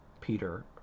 Peter